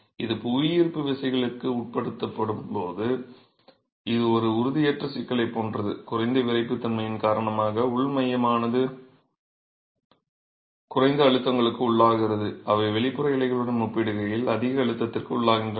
இது புவியீர்ப்பு விசைகளுக்கு உட்படுத்தப்படும் போது இது ஒரு உறுதியற்ற சிக்கலைப் போன்றது குறைந்த விறைப்புத்தன்மையின் காரணமாக உள் மையமானது குறைந்த அழுத்தங்களுக்கு உள்ளாகிறது அவை வெளிப்புற இலைகளுடன் ஒப்பிடுகையில் அதிக அழுத்தத்திற்கு உள்ளாகின்றன